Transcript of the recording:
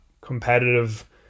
competitive